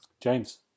James